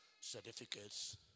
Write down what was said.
certificates